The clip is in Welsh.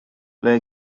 ble